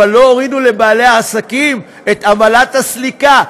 אבל לא הורידו לבעלי העסקים את עמלת הסליקה.